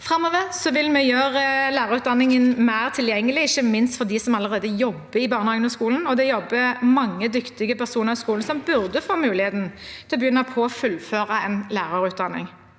Framover vil vi gjøre lærerutdanningen mer tilgjengelig, ikke minst for dem som allerede jobber i barnehagen og skolen. Det jobber mange dyktige personer i skolen som burde få muligheten til å begynne på og fullføre en lærerutdanning.